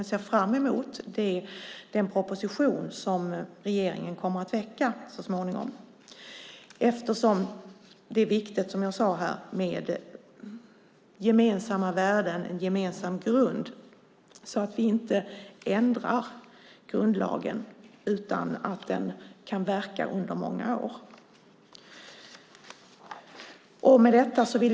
Jag ser fram mot den proposition som regeringen kommer att lägga fram så småningom eftersom det, som jag sade, är viktigt med gemensamma värden och en gemensam grund så att vi inte ändrar grundlagen utan att den kan verka under många år.